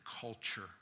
culture